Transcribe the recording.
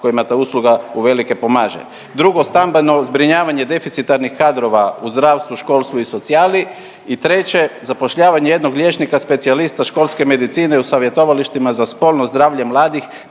kojima ta usluga uvelike pomaže. Drugo, stambeno zbrinjavanje deficitarnih kadrova u zdravstvu, školstvu i socijali i treće, zapošljavanje jednog liječnika specijalista školske medicine u savjetovalištima za spolno zdravlje mladih